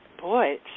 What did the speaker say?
Boy